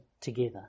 together